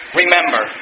remember